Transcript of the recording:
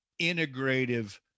integrative